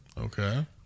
Okay